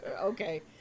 Okay